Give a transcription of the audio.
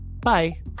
Bye